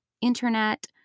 internet